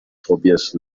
tobias